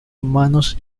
humanos